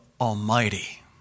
Almighty